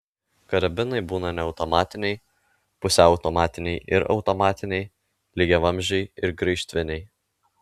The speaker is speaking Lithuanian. karabinai būna neautomatiniai pusiau automatiniai ir automatiniai lygiavamzdžiai ir graižtviniai